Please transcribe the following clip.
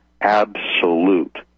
absolute